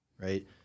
right